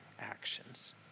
Actions